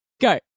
go